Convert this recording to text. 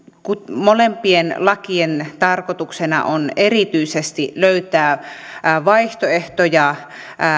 molempien lakien tarkoituksena on erityisesti löytää vaihtoehtoja